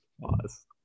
Pause